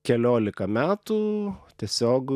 keliolika metų tiesiog